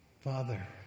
Father